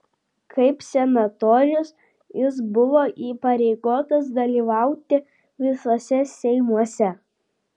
kaip senatorius jis buvo įpareigotas dalyvauti visuose seimuose